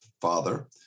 father